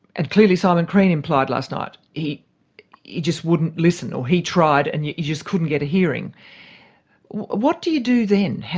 and clearly simon crean implied last night he just wouldn't listen, or he tried and you just couldn't get a hearing what do you do then?